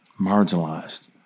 marginalized